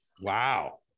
wow